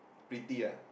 pretty ah